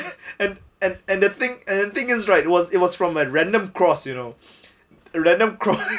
and and and the thing and thing is right it was it was from a random cross you know random cross